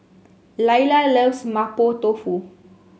Layla loves Mapo Tofu